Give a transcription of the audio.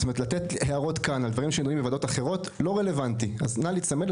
זאת אומרת לתת הערות על מה שיש כאן,